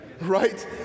right